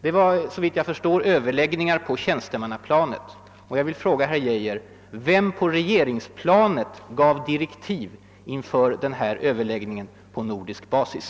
Det var såvitt jag förstår överläggningar på tjänstemannaplanet. Jag vill därför fråga herr Geijer: Vem på regeringsplanet gav direktiv inför denna överläggning på nordisk basis?